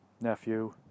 nephew